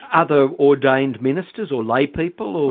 other ordained ministers, or lay people, or?